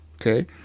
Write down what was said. Okay